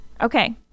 Okay